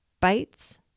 bites